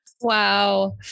Wow